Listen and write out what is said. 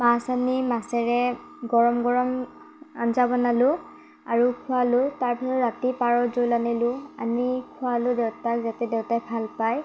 মাছ আনি মাছেৰে গৰম গৰম আঞ্জা বনালোঁ আৰু খোৱালোঁ তাৰপিছত আৰু ৰাতি পাৰ জোল আনিলোঁ আনি খুৱালোঁ দেউতাক যাতে দেউতাই ভাল পায়